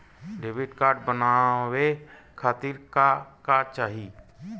Debit card बनवावे खातिर का का चाही?